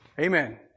Amen